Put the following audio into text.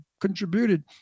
contributed